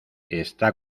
está